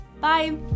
Bye